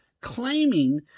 claiming